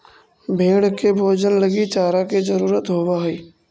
भेंड़ के भोजन लगी चारा के जरूरत होवऽ हइ